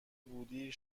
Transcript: بودی